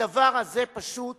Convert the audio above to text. הדבר הזה פשוט